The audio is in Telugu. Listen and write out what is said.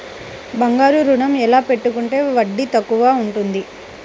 బంగారు ఋణం ఎలా పెట్టుకుంటే వడ్డీ తక్కువ ఉంటుంది?